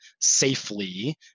safely